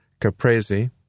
caprese